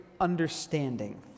understanding